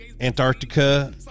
Antarctica